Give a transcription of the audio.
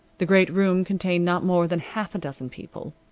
the great room contained not more than half a dozen people.